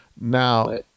Now